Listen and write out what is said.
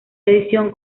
edición